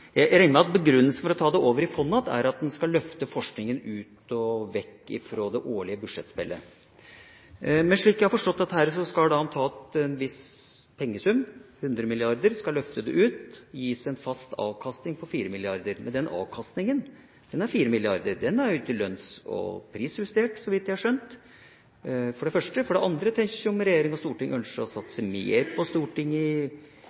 Jeg regner med at begrunnelsen for å ta det over i fond igjen, er at en skal løfte forskningen ut og vekk fra det årlige budsjettspillet. Slik jeg har forstått det, skal man ta en viss pengesum, 100 mrd. kr, og løfte det ut. Det gir en fast avkastning på 4 mrd. kr. Men den avkastningen på 4 mrd. kr er for det første ikke pris- og lønnsjustert – så vidt jeg har skjønt. For det andre: Tenk om regjering og storting ønsker å